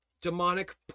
demonic